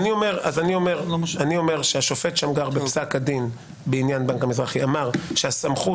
אני אומר שהשופט שמגר בפסק הדין בעניין בנק המזרחי אמר שהסמכות